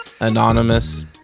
anonymous